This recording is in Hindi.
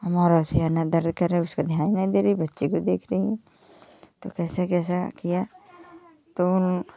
हमारा सीने में दर्द कर रहा है उसका ध्यान ही नहीं दे रही बच्चे को देख रही है तो कैसे कैसे किया तो